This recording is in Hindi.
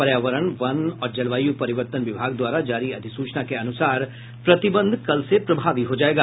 पर्यावरण वन और जलवायू परिवर्तन विभाग द्वारा जारी अधिसूचना के अनुसार प्रतिबंध कल से प्रभावी हो जायेगा